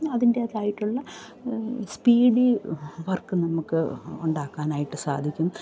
അതിൻറ്റേതായിട്ടുള്ള സ്പീഡിൽ വർക്ക് നമുക്ക് ഉണ്ടാക്കാനായിട്ട് സാധിക്കും